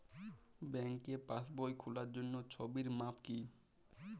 ব্যাঙ্কে পাসবই খোলার জন্য ছবির মাপ কী?